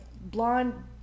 blonde